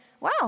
wow